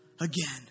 again